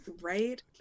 right